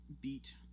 beat